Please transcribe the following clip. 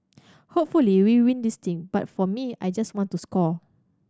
hopefully we win this thing but for me I just want to score